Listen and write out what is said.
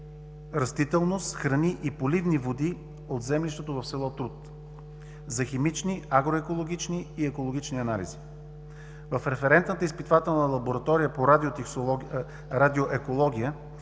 растителност, храни и поливни води от землището в село Труд за химични, агроекологични и екологични анализи. В Референтната изпитвателна лаборатория по радиоекология